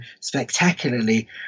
spectacularly